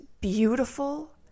beautiful